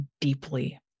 deeply